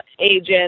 agent